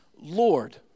Lord